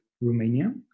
Romania